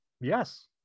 Yes